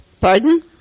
pardon